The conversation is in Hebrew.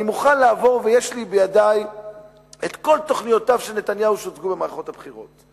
בידי כל תוכניותיו של נתניהו שהוצגו במערכות הבחירות.